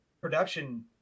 production